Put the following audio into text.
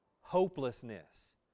Hopelessness